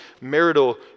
marital